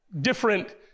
different